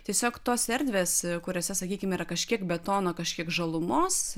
tiesiog tos erdvės kuriose sakykime yra kažkiek betono kažkiek žalumos